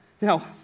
Now